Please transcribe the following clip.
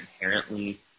inherently